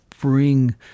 bring